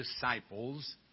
disciples